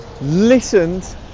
listened